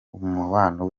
umubano